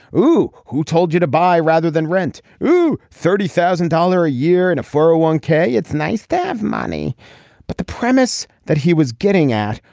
who who told you to buy rather than rent. thirty thousand dollar a year and a for a one k. it's nice to have money but the premise that he was getting at.